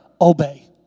obey